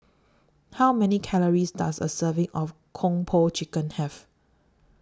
How Many Calories Does A Serving of Kung Po Chicken Have